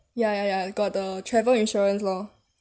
ya ya ya got the travel insurance lor